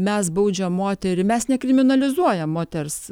mes baudžiam moterį mes nekriminalizuojam moters